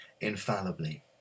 infallibly